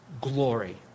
glory